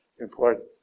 important